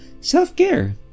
self-care